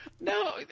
No